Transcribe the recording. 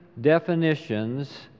definitions